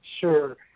Sure